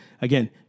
Again